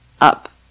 up